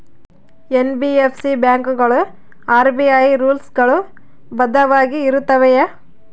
NBFC ಬ್ಯಾಂಕುಗಳು RBI rules ಗಳು ಬದ್ಧವಾಗಿ ಇರುತ್ತವೆಯ?